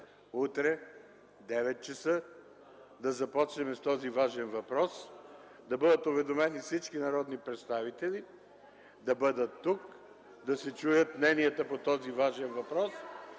утре в 9,00 часа да започнем с този важен въпрос, да се уведомят всички народни представители да бъдат тук, да се чуят мненията по този важен въпрос